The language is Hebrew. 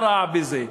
מה רע בזה?